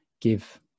give